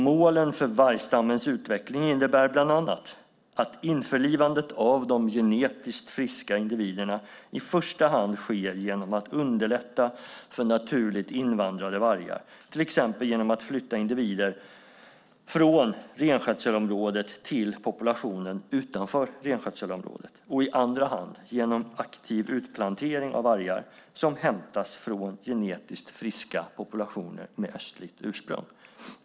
Målen för vargstammens utveckling innebär bland annat att införlivandet av de genetiskt friska individerna i första hand sker genom att underlätta för naturligt invandrade vargar, till exempel genom att flytta individer från renskötselområdet till populationen utanför renskötselområdet och i andra hand genom aktiv utplantering av vargar som hämtas från genetiskt friska populationer med östligt ursprung.